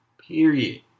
Period